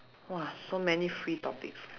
!wah! so many free topics